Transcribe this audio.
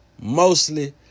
Mostly